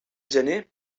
gener